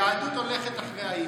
הולכת אחרי האימא.